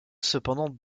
cependant